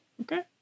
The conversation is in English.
okay